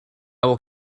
will